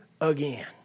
again